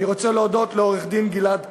אני רוצה להודות לעורך-דין גלעד קרן,